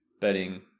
bedding